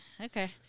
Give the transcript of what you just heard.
Okay